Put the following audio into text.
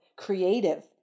creative